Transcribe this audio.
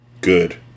Good